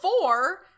four